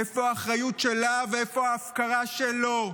איפה האחריות שלה ואיפה ההפקרה שלו?